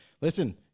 Listen